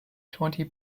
twenty